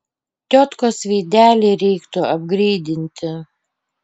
tiotkos veidelį reiktų apgreidinti